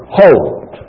hold